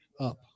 up